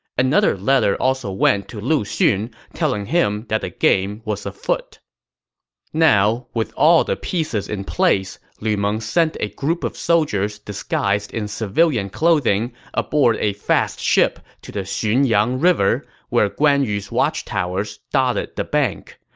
another letter also went to lu xun, telling him that the game was afoot now, with all the pieces in place, lu meng sent a group of soldiers disguised in civilian clothing ah on a fast ship to the xunyang river, where guan yu's watchtowers dotted the bank.